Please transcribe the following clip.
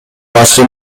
башкы